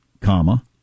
comma